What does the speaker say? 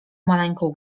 maleńką